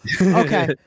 Okay